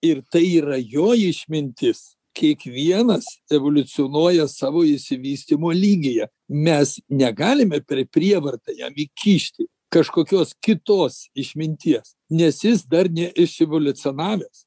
ir tai yra jo išmintis kiekvienas evoliucionuoja savo išsivystymo lygyje mes negalime per prievartą jam įkišti kažkokios kitos išminties nes jis dar neiševoliucionavęs